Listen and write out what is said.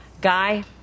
Guy